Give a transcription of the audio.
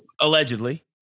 allegedly